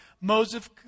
Moses